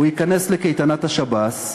הוא ייכנס לקייטנת השב"ס,